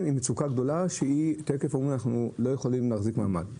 היא מצוקה גדולה שתיכף הם אומרים אנחנו לא יכולים להחזיק מעמד.